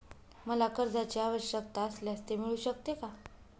मला कर्जांची आवश्यकता असल्यास ते मिळू शकते का?